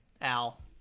Al